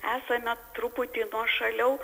esame truputį nuošaliau